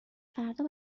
فردا